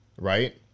right